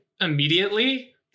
immediately